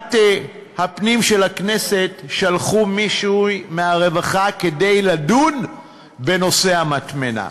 לוועדת הפנים של הכנסת שלחו מישהו מהרווחה כדי לדון בנושא המטמנה.